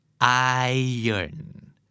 Iron